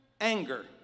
anger